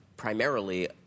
primarily